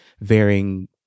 varying